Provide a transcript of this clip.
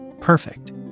Perfect